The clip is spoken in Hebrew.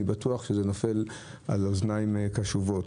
אני בטוח שזה נופל על אוזניים קשובות.